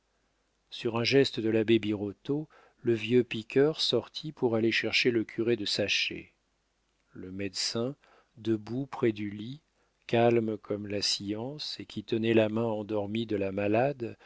sur un geste de l'abbé birotteau le vieux piqueur sortit pour aller chercher le curé de saché le médecin debout près du lit calme comme la science et qui tenait la main endormie de la malade